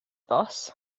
boss